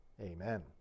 amen